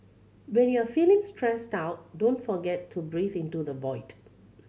when you are feeling stressed out don't forget to breathe into the void